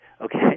Okay